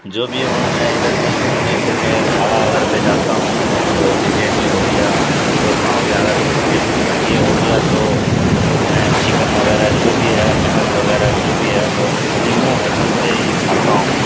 جو بھی ہوں میں ادھر کہیں گھومنے پھرنے ڈھابا وغیرہ پہ جاتا ہوں تو بریانی ہو گیا قورمہ ہو گیا اگر مسلم یہ ہو گیا تو میں چکن وغیرہ جو بھی ہے مٹن وغیرہ جو بھی ہے وہ مسلموں ہوٹل پہ ہی کھاتا ہوں